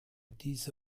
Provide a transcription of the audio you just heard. diese